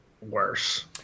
worse